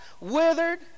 withered